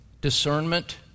Discernment